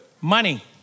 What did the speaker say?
Money